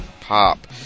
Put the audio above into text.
pop